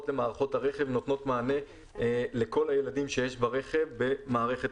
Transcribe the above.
למערכות הרכב נותנות מענה לכל הילדים שיש ברכב במערכת